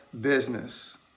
business